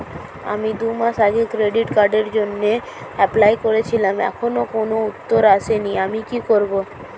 আমি দুমাস আগে ক্রেডিট কার্ডের জন্যে এপ্লাই করেছিলাম এখনো কোনো উত্তর আসেনি আমি কি করব?